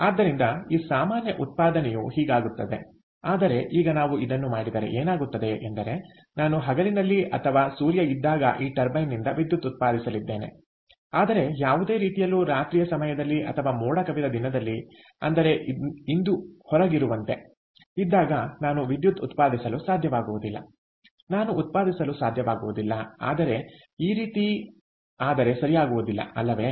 ಆದ್ದರಿಂದ ಈ ಸಾಮಾನ್ಯ ಉತ್ಪಾದನೆಯು ಹೀಗಾಗುತ್ತದೆ ಆದರೆ ಈಗ ನಾವು ಇದನ್ನು ಮಾಡಿದರೆ ಏನಾಗುತ್ತದೆ ಎಂದರೆ ನಾನು ಹಗಲಿನಲ್ಲಿ ಅಥವಾ ಸೂರ್ಯ ಇದ್ದಾಗ ಈ ಟರ್ಬೈನ್ನಿಂದ ವಿದ್ಯುತ್ ಉತ್ಪಾದಿಸಲಿದ್ದೇನೆ ಆದರೆ ಯಾವುದೇ ರೀತಿಯಲ್ಲೂ ರಾತ್ರಿಯ ಸಮಯದಲ್ಲಿ ಅಥವಾ ಮೋಡ ಕವಿದ ದಿನದಲ್ಲಿ ಅಂದರೆ ಇಂದು ಹೊರಗಿರುವಂತೆ ಇದ್ದಾಗ ನಾನು ವಿದ್ಯುತ್ ಉತ್ಪಾದಿಸಲು ಸಾಧ್ಯವಾಗುವುದಿಲ್ಲ ನಾನು ಉತ್ಪಾದಿಸಲು ಸಾಧ್ಯವಾಗುವುದಿಲ್ಲ ಆದರೆ ಈ ರೀತಿ ಆದರೆ ಸರಿಯಾಗುವುದಿಲ್ಲ ಅಲ್ಲವೇ